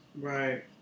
Right